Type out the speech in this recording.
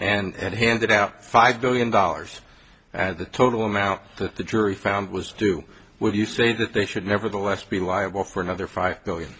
sting and handed out five billion dollars and the total amount that the jury found was due would you say that they should nevertheless be liable for another five million